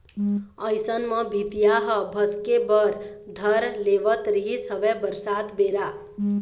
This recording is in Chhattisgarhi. अइसन म भीतिया ह भसके बर धर लेवत रिहिस हवय बरसात बेरा